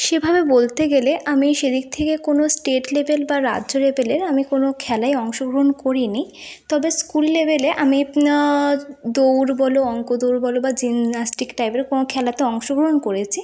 সেভাবে বলতে গেলে আমি সে দিক থেকে কোনো স্টেট লেভেল বা রাজ্য লেভেলের আমি কোনো খেলায় অংশগ্রহণ করিনি তবে স্কুল লেভেলে আমি দৌড় বল অঙ্ক দৌড় বল বা জিমনাস্টিক টাইপের কোনো খেলাতে অংশগ্রহণ করেছি